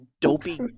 dopey